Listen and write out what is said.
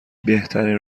بهترین